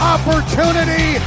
opportunity